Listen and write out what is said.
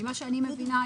לפי מה שאני מבינה,